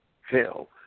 hell